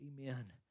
amen